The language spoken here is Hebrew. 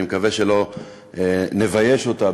אני מקווה שלא נבייש אותה,